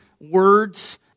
words